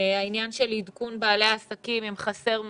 העניין של עדכון בעלי העסקים, אם חסר מסמך,